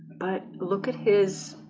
but look at his